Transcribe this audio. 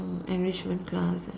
uh enrichment class